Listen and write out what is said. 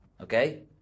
Okay